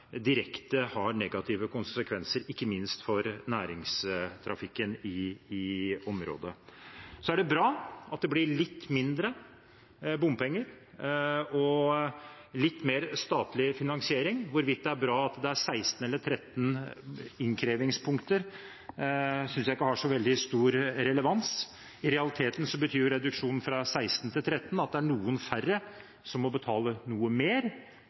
direkte har negative konsekvenser, ikke minst for næringstrafikken i området. Det er bra at det blir litt mindre bompenger og litt mer statlig finansering. Hvorvidt det er bra med 16 eller 13 innkrevingspunkter, synes jeg ikke har så veldig stor relevans. I realiteten betyr en reduksjon fra 16 til 13 at noen færre må betale noe mer,